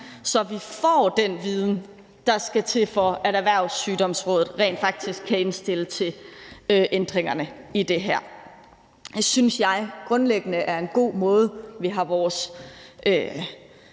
så vi får den viden, der skal til, for at Erhvervssygdomsudvalget rent faktisk kan indstille til ændringer af det her. Jeg synes, det grundlæggende er en god måde, vi har vores